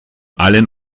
allen